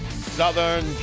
Southern